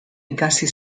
ikasi